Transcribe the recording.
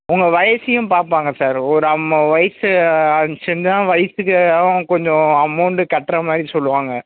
உங்க வயதையும் பார்ப்பாங்க சார் ஒரு நம்ம வயது அ சின்ன வயதுக்கு கொஞ்சம் அமௌண்டு கட்டுற மாதிரி சொல்லுவாங்க